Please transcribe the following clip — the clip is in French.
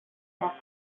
quatre